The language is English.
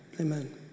Amen